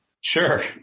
Sure